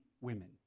women